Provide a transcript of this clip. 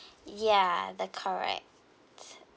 ya the correct